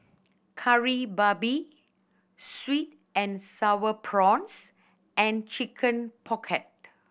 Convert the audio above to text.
Kari Babi sweet and Sour Prawns and Chicken Pocket